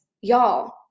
y'all